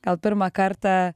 gal pirmą kartą